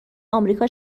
آمریکا